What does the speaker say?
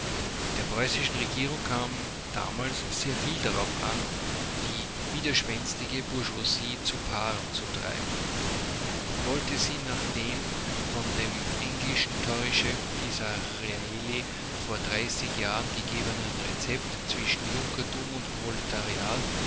der preußischen regierung kam damals sehr viel darauf an die widerspenstige bourgeoisie zu paaren zu treiben man wollte sie nach dem von dem englischen torychef disraeli vor dreißig jahren gegebenen rezept zwischen junkertum und